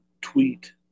tweet